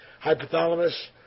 hypothalamus